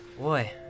Boy